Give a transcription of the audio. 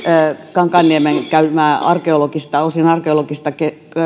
kankaanniemen käymää osin arkeologista